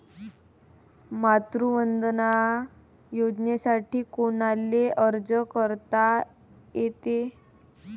मातृवंदना योजनेसाठी कोनाले अर्ज करता येते?